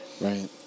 Right